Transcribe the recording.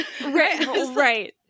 Right